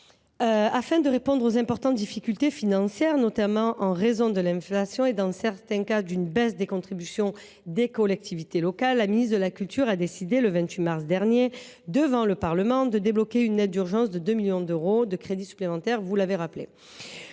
Afin de répondre aux importantes difficultés financières, notamment dues à l’inflation et, dans certains cas, à une baisse des contributions des collectivités locales, la ministre de la culture a décidé le 28 mars dernier de débloquer une aide d’urgence de 2 millions d’euros de crédits supplémentaires. Pour prendre